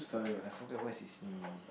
I forget what's his name already